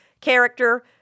character